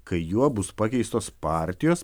kai juo bus pakeistos partijos